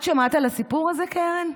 את שמעת על הסיפור הזה, קרן?